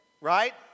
Right